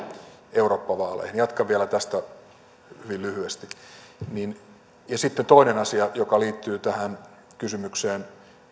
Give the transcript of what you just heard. eurooppa vaaleihin jatkan vielä hyvin lyhyesti sitten toinen asia joka liittyy tähän kysymykseen